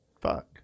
fuck